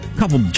couple